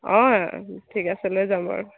অ ঠিক আছে লৈ যাম বাৰু